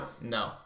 No